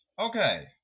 Okay